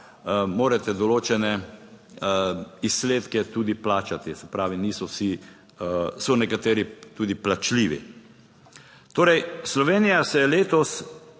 morate določene izsledke tudi plačati. Se pravi, niso vsi, so nekateri tudi plačljivi. Torej, Slovenija se je letos,